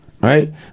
right